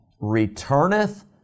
returneth